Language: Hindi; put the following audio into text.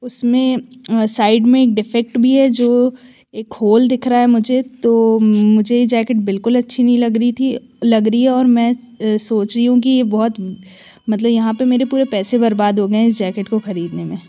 उसमें साइड में एक डिफेक्ट भी है जो एक होल दिख रहा है मुझे तो मुझे यह जैकेट बिल्कुल अच्छी नहीं लग रही थी लग रही है और मैं सोच रही हूँ कि यह बहुत मतलब यहाँ पर मेरे पूरे पैसे बर्बाद हो गए हैं इस जैकेट को खरीदने में